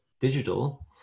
digital